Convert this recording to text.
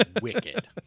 Wicked